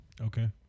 Okay